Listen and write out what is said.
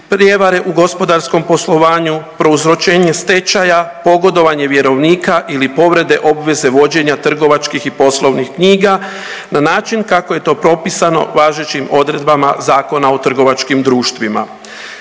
prijevare u gospodarskom poslovanju, prouzročenje stečaja, pogodovanje vjerovnika ili povrede obveze vođenja trgovačkih i poslovnih knjiga na način kako je to propisano važećim odredbama Zakona o trgovačkim društvima.